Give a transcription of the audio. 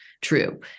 true